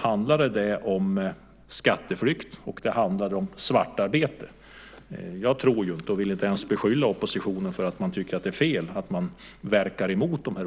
handlade om skatteflykt och svartarbete. Jag tror inte - och det vill jag inte ens beskylla oppositionen för - att man tycker att det är fel att man verkar emot detta.